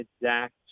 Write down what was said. exact